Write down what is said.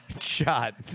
Shot